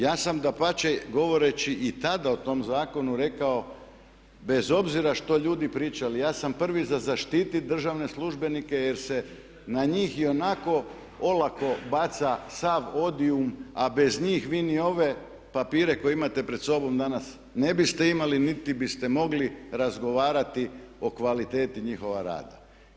Ja sam dapače govoreći i tada o tom zakonu rekao bez obzira što ljudi pričali ja sam prvi za zaštititi državne službenike jer se na njih ionako olako baca sav odium a bez njih vi ni ove papire koje imate pred sobom danas ne biste imali niti biste mogli razgovarati o kvaliteti njihova rada.